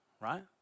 right